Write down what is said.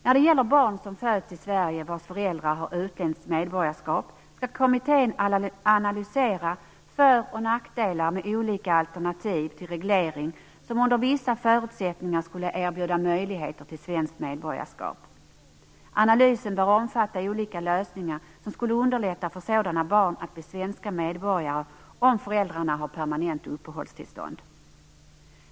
När det gäller barn som föds i Sverige men vilkas föräldrar har utländskt medborgarskap, skall kommittén analysera för och nackdelar med olika alternativ när det gäller en reglering som under vissa förutsättningar skulle erbjuda möjligheter till svenskt medborgarskap. Analysen bör omfatta olika lösningar som skulle underlätta för sådana barn att bli svenska medborgare om föräldrarna har permanent uppehållstillstånd.